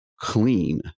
clean